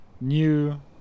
new